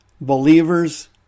believers